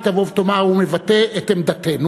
היא תבוא ותאמר: הוא מבטא את עמדתנו,